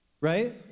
right